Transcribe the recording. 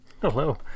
Hello